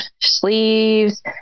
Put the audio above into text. sleeves